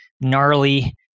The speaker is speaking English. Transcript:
gnarly